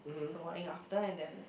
the morning after and then